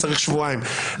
צריך שבועיים.